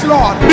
Lord